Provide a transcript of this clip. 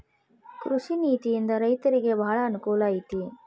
ಕೃಷಿ ನೇತಿಯಿಂದ ರೈತರಿಗೆ ಬಾಳ ಅನಕೂಲ ಐತಿ